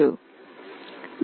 Thank you